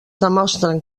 demostren